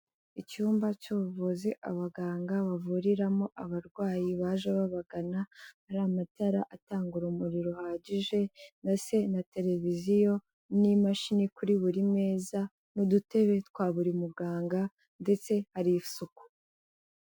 Icyumba cy'ubuvuzi abaganga bavuriramo abarwayi baje babagana, hari amatara atanga urumuri ruhagije ndetse na televiziyo n'imashini kuri buri meza n'udutebe twa buri muganga ndetse hari isuku.